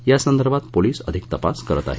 यासंदर्भात पोलिस अधिक तपास करत आहेत